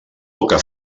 poca